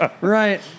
right